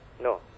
No